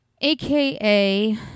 aka